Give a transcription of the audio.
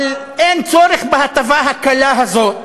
אבל אין צורך בהטבה הקלה הזאת,